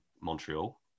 Montreal